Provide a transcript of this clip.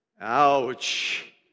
ouch